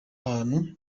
ahantu